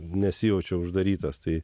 nesijaučiau uždarytas tai